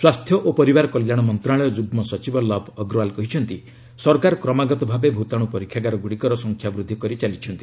ସ୍ୱାସ୍ଥ୍ୟ ଓ ପରିବାର କଲ୍ୟାଣ ମନ୍ତ୍ରଶାଳୟ ଯୁଗ୍କ ସଚିବ ଲବ୍ ଅଗ୍ରୱାଲ କହିଚ୍ଚନ୍ତି ସରକାର କ୍ରମାଗତ ଭାବେ ଭୂତାଣୁ ପରୀକ୍ଷାଗାରଗ୍ରଡ଼ିକର ସଂଖ୍ୟା ବୃଦ୍ଧି କରି ଚାଲିଛନ୍ତି